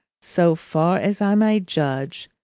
so far as i may judge,